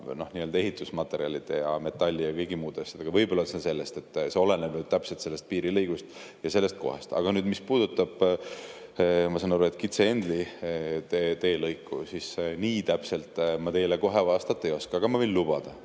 ehitusmaterjalide ja metalli ja kõigi muude asjadega. Võib-olla see on sellest. See oleneb täpselt sellest piirilõigust ja sellest kohast. Aga mis puudutab, ma saan aru, Kitse–Engli teelõiku, siis nii täpselt ma teile kohe vastata ei oska, aga ma luban,